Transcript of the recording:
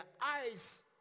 eyes